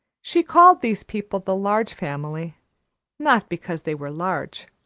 she called these people the large family not because they were large,